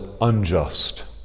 unjust